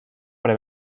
pre